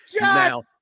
Now